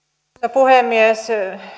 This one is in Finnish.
puhemies